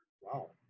Wow